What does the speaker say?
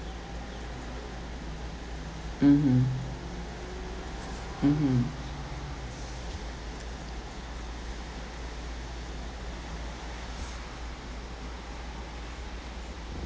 mmhmm mmhmm